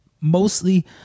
mostly